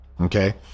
okay